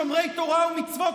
שומרי תורה ומצוות,